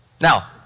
Now